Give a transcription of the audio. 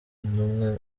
intumwa